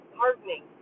hardening